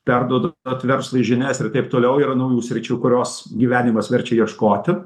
perduodat verslui žinias ir taip toliau yra naujų sričių kurios gyvenimas verčia ieškoti